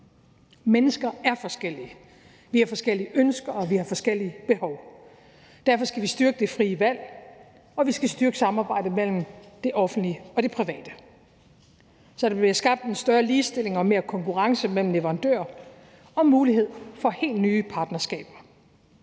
Mennesker er forskellige. Vi har forskellige ønsker, og vi har forskellige behov. Derfor skal vi styrke det frie valg, og vi skal styrke samarbejdet mellem det offentlige og det private, så der bliver skabt en større ligestilling og mere konkurrence mellem leverandører og mulighed for helt nye partnerskaber,